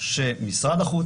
שמשרד החוץ,